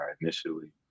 initially